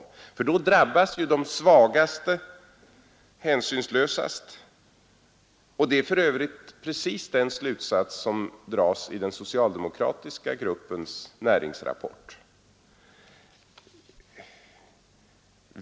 Annars drabbas de svagaste hänsynslösast. Det är för övrigt precis den slutsats som dras i den socialdemokratiska gruppens näringsrapport.